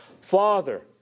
Father